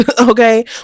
Okay